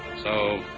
so,